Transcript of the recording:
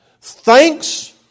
Thanks